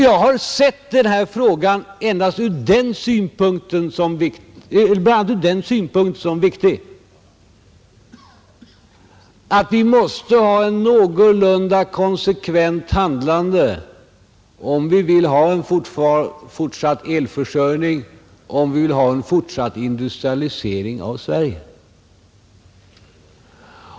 Jag har sett den här frågan som viktig bl.a, ur den synpunkten att vi måste ha ett någorlunda konsekvent handlande, om vi vill ha en fortsatt elförsörjning och en fortsatt industrialisering av Sverige.